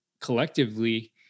collectively